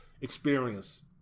experience